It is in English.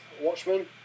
Watchmen